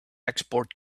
export